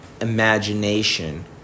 imagination